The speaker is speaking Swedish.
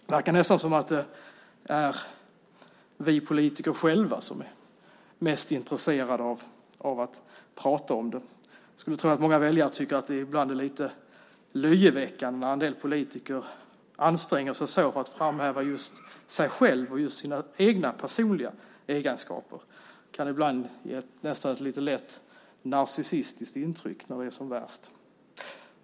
Det verkar nästan som att det är vi politiker själva som är mest intresserade av att prata om det. Jag skulle tro att många väljare tycker att det är lite löjeväckande när en del politiker anstränger sig så för att framhäva just sig själva och sina egna personliga egenskaper. Det kan nästan ge ett lite lätt narcissistiskt intryck när det är som värst.